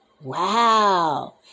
Wow